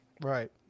Right